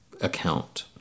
account